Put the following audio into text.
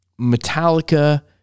Metallica